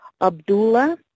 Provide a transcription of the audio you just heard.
Abdullah